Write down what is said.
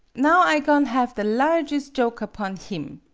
now i go'n' have the larges' joke upon him.